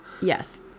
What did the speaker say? Yes